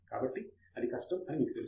కాబట్టి అది కష్టం అని మీకు తెలుసు